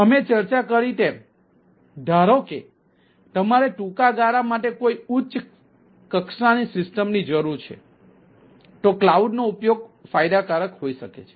અમે ચર્ચા કરી તેમ ધારો કે તમારે ટૂંકા ગાળા માટે કોઈ ઉચ્ચ કક્ષાની સિસ્ટમની જરૂર છે તો કલાઉડ નો ઉપયોગ ફાયદાકારક હોઈ શકે છે